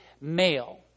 male